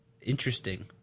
interesting